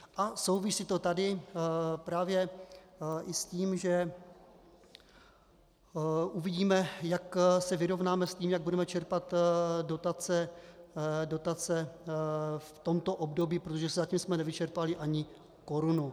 A souvisí to tady právě i s tím, že uvidíme, jak se vyrovnáme s tím, jak budeme čerpat dotace v tomto období, protože zatím jsme nevyčerpali ani korunu.